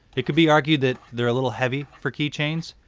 it could be argued that they're a little heavy for keychains.